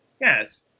Yes